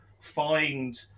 find